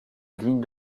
ligne